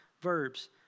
verbs